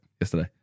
yesterday